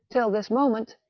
till this moment,